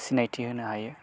सिनायथि होनो हायो